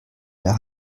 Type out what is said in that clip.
der